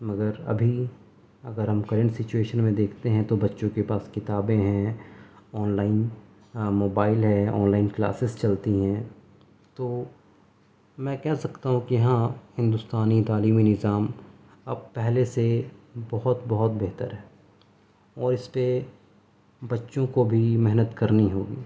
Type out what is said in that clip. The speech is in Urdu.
مگر ابھی اگر ہم کرنٹ سچوئیشن میں دیکھتے ہیں تو بچوں کے پاس کتابیں ہیں آنلائن موبائل ہے آنلائن کلاسیس چلتی ہیں تو میں کہہ سکتا ہوں کہ ہاں ہندوستانی تعلیمی نظام اب پہلے سے بہت بہت بہتر ہے اور اس پہ بچوں کو بھی محنت کرنی ہوگی